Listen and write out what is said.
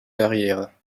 karriere